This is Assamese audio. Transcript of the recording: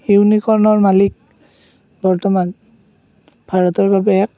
ইউনিকৰ্ণৰ মালিক বৰ্তমান ভাৰতৰ বাবে এক